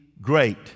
great